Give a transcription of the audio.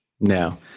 No